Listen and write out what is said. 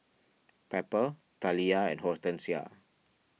Pepper Taliyah and Hortensia